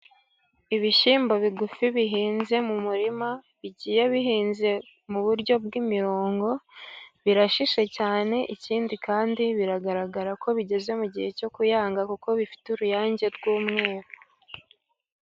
Ibishyimbo bigufi bihinze mu murima, bigiye bihinze mu buryo bw'imirongo, birashishe cyane, ikindi kandi biragaragara ko bigeze mu gihe cyo kuyanga. Kuko bifite uruyange rw'umweru.